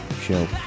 show